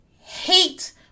hate